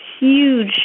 huge